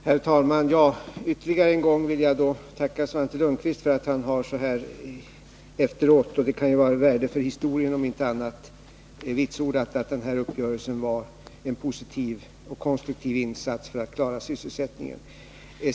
Herr talman! Jag vill ännu en gång tacka Svante Lundkvist för att han så här i efterhand — det kan ju vara av värde för historien, om inte annat — vitsordat att uppgörelsen innebar en positiv och konstruktiv insats för att klara sysselsättningen.